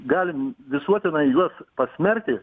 galim visuotinai juos pasmerkti